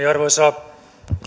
arvoisa